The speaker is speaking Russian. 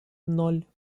ноль